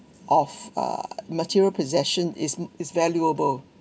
of uh material possession is is valuable